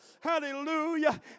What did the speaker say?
Hallelujah